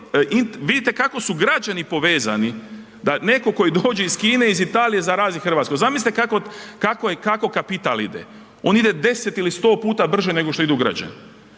vidite kako su građani povezani, da netko tko i dođe iz Kine, iz Italije, zarazi Hrvatsku. Zamislite kako je, kako kapital ide. On ide 10 ili 100 puta brže nego što idu građani.